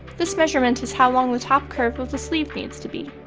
this measurement is how long the top curve of the sleeve needs to be.